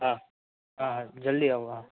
હા હા હા જલ્દી આવો હા